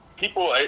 People